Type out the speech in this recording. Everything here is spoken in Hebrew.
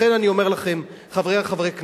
לכן אני אומר לכם, חברי חברי הכנסת,